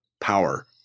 power